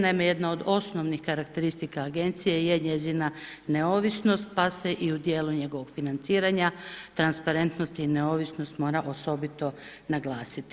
Naime, jedna od osnovnih karakteristika agencije je njezina neovisnost pa se i u djelu njegovog financiranja transparentnost i neovisnost mora osobito naglasiti.